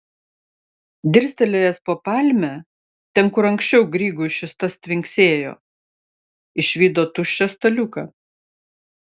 dirstelėjęs po palme ten kur anksčiau grygui šis tas tvinksėjo išvydo tuščią staliuką